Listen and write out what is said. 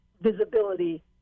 visibility